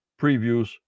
previews